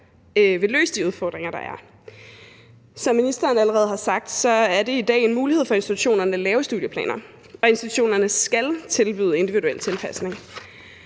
vil løse de udfordringer, der er. Som ministeren allerede har sagt, er det i dag en mulighed for institutionerne at lave studieplaner, og institutionerne skal tilbyde individuel tilpasning.